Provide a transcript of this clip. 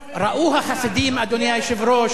ראו החסידים, אדוני היושב-ראש,